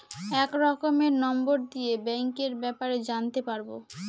এক রকমের নম্বর দিয়ে ব্যাঙ্কের ব্যাপারে জানতে পারবো